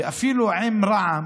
ואפילו עם רע"ם,